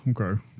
okay